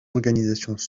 organisations